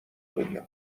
دنیا